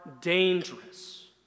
dangerous